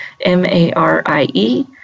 M-A-R-I-E